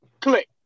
Click